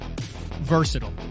versatile